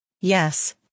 Yes